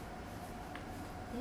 then don't meet ah eh